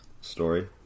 story